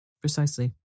Precisely